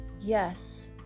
Yes